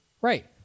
Right